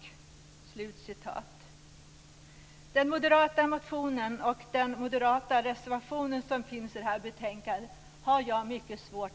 Jag har mycket svårt att förstå den moderata motionen och den moderata reservationen som finns till betänkandet.